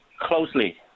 Closely